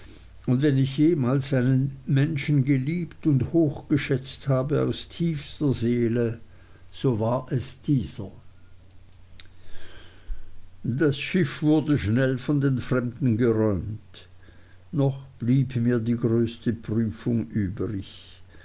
und wenn ich jemals einen menschen geliebt und hochgeschätzt habe aus tiefster seele so war es dieser das schiff wurde schnell von den fremden geräumt noch blieb mir die größte prüfung übrig